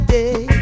day